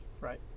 right